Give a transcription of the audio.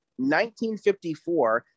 1954